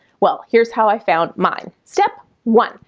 well, here's how i found mine. step one,